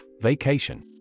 vacation